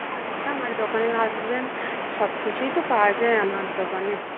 আচ্ছা আমার দোকানে আসবেন সব কিছুই তো পাওয়া যায় আমার দোকানে